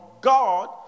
God